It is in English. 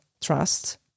trust